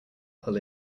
pull